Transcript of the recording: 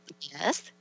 Yes